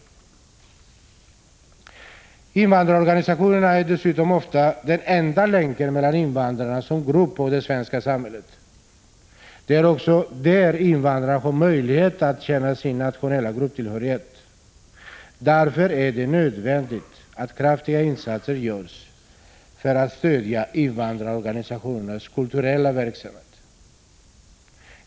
Invandrarorganisationerna är dessutom ofta den enda länken mellan invandrarna som grupp och det svenska samhället. Det är också där invandrarna har möjlighet att känna sin nationella grupptillhörighet. Därför är det nödvändigt att kraftiga insatser görs för att stödja invandrarorganisationernas kulturella verksamhet.